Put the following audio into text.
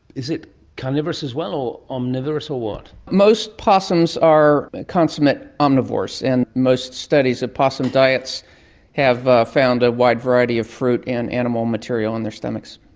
is it carnivorous as well or omnivorous or what? most possums are consummate omnivores, and most studies of possum diets have found a wide variety of fruit and animal material in their stomaches.